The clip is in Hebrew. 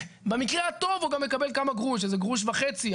במקרה הטוב הוא גם מקבל איזה גרוש וחצי,